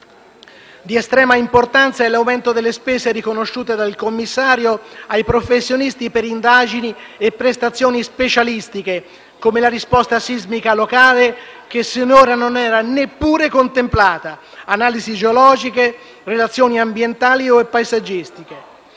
Di estrema importanza è l'aumento delle spese riconosciute dal commissario ai professionisti per indagini e prestazioni specialistiche, come la risposta sismica locale (che sinora non era neppure contemplata), le analisi geologiche, le relazioni ambientali e paesaggistiche.